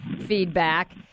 feedback